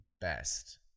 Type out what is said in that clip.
best